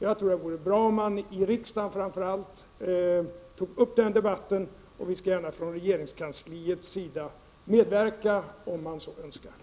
Jag tror att det vore bra om man, framför allt i riksdagen, tog upp den debatten. Från regeringskansliets sida skall vi gärna medverka om så önskas.